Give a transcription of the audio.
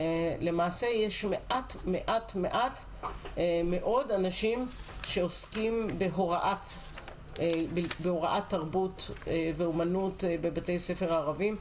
למעשה יש מעט מאוד אנשים שעוסקים בהוראת תרבות ואומנות בבתי ספר הערבים.